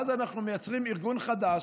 אז אנחנו מייצרים ארגון חדש,